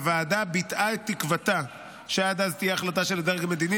הוועדה ביטאה את תקוותה שעד אז תהיה החלטה של הדרג המדיני